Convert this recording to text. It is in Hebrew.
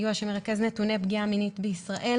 הסיוע שמרכז נתוני פגיעה מינית בישראל.